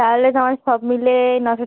তাহলে তোমার সব মিলিয়ে নশো